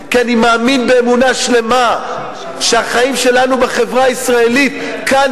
כי אני מאמין באמונה שלמה שהחיים שלנו בחברה הישראלית כאן